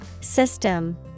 System